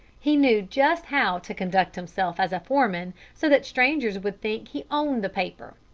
he knew just how to conduct himself as a foreman so that strangers would think he owned the paper.